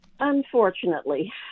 Unfortunately